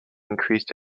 increased